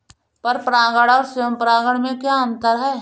पर परागण और स्वयं परागण में क्या अंतर है?